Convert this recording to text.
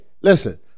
listen